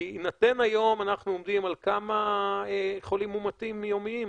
היום אנחנו עומדים על כמה חולים מאומתים יומיים?